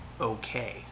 okay